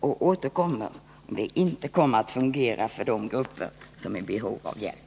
Jag återkommer om systemet inte skulle fungera för de grupper som i det här avseendet är i behov av hjälp.